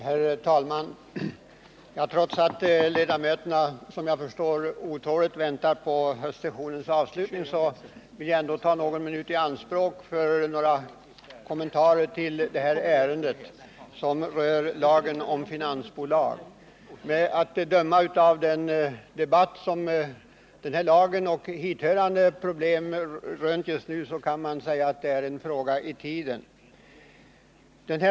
Herr talman! Trots att ledamöterna, som jag förstår, otåligt väntar på höstsessionens avslutning vill jag ta någon minut i anspråk för kommentarer till det här ärendet som rör lagen om finansbolag. Att döma av den debatt som just nu förs om hithörande problem kan man säga att det är en fråga i tiden.